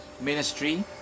ministry